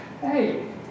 hey